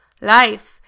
life